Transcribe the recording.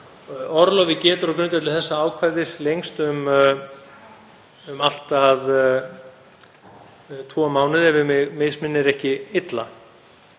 Orlofið getur á grundvelli þessa ákvæðis lengst um allt að tvo mánuði ef mig misminnir ekki illa.